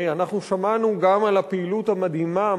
ואנחנו שמענו גם על הפעילות המדהימה,